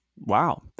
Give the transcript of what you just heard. Wow